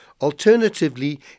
Alternatively